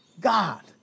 God